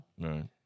Right